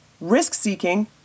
risk-seeking